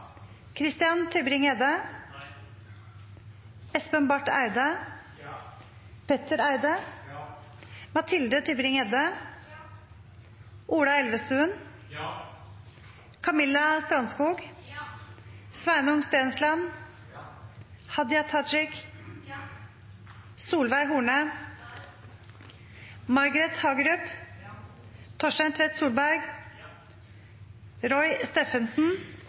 Christian Tybring-Gjedde, Espen Barth Eide, Mathilde Tybring-Gjedde, Camilla Strandskog, Sveinung Stensland, Hadia Tajik, Margret Hagerup, Torstein Tvedt Solberg,